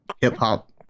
hip-hop